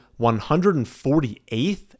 148th